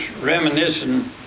reminiscing